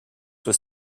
was